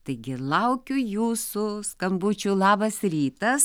taigi laukiu jūsų skambučių labas rytas